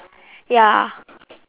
ya